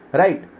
right